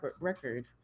record